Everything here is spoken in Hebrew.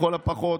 לכל הפחות,